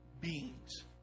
beings